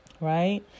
right